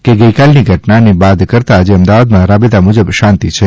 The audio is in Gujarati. કે ગઇ કાલની ઘટનાને બાદ કરતા આજે અમદાવાદમાં રાબેત મુજબ શાંતિ છે